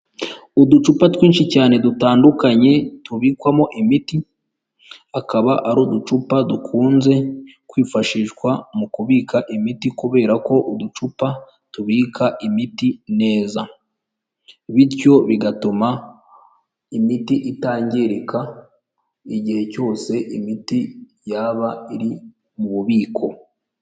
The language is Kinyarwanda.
Uducupa twinshi cyane dutandukanye, tubikwamo imiti, akaba ari uducupa dukunze kwifashishwa mu kubika imiti, kubera ko uducupa tubika imiti neza, bityo bigatuma imiti itangirika, igihe cyose imiti yaba iri mu bubiko.